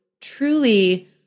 truly